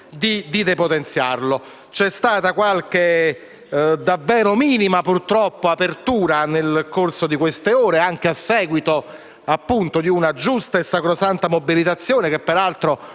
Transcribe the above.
depotenziarlo. C'è stata qualche davvero minima, purtroppo, apertura nel corso delle ultime ore, anche a seguito di una giusta e sacrosanta mobilitazione che, peraltro,